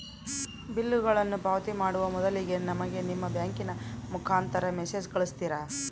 ಬಿಲ್ಲುಗಳನ್ನ ಪಾವತಿ ಮಾಡುವ ಮೊದಲಿಗೆ ನಮಗೆ ನಿಮ್ಮ ಬ್ಯಾಂಕಿನ ಮುಖಾಂತರ ಮೆಸೇಜ್ ಕಳಿಸ್ತಿರಾ?